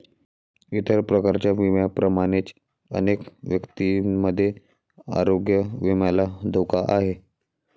इतर प्रकारच्या विम्यांप्रमाणेच अनेक व्यक्तींमध्ये आरोग्य विम्याला धोका आहे